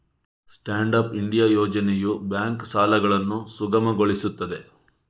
stand up India ಯೋಜನೆಯು bank ಸಾಲಗಳನ್ನು ಸುಗಮಗೊಳಿಸುತ್ತದೆ